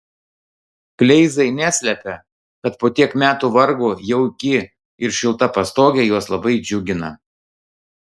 kleizai neslepia kad po tiek metų vargo jauki ir šilta pastogė juos labai džiugina